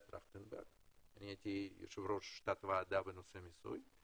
טרכטנברג שהייתי יושב-ראש תת ועדה בנושא מיסוי,